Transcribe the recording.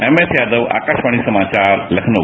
MS Yadav Akashvani समाचार लखनऊ